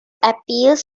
appeals